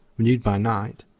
renewed by night,